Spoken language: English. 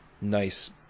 nice